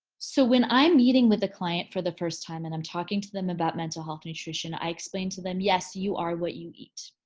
so when i'm meeting with a client for the first time and i'm talking to them about mental health nutrition i explain to them, yes, you are what you eat,